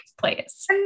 place